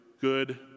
good